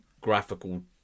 graphical